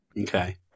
okay